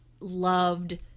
loved